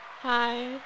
Hi